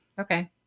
Okay